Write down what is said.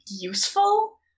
useful